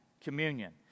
communion